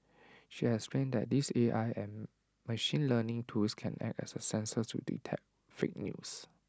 she explained that these A I and machine learning tools can act as A sensor to detect fake news